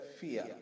fear